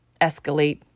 escalate